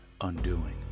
undoing